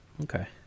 okay